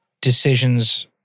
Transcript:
decisions